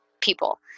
people